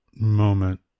moment